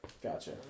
Gotcha